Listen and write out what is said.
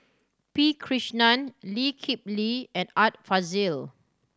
P Krishnan Lee Kip Lee and Art Fazil